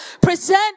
present